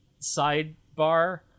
sidebar